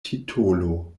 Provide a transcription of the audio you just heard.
titolo